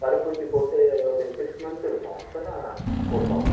தடுப்பூசிப் போட்டு ஒரு சிக்ஸ் மன்த் இருக்கும் இப்போ தான் போட்டோம்